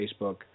Facebook